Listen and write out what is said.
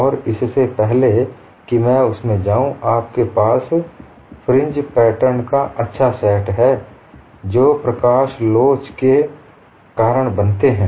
और इससे पहले कि मैं उसमें जाऊँ आपके पास फ्रिंज पैटर्न का अच्छा सेट है जो प्रकाशलोच के कारण बनते हैं